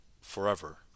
forever